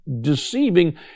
deceiving